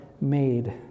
made